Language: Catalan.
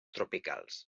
tropicals